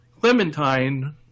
Clementine